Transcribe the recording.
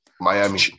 Miami